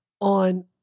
on